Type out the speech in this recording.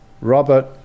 Robert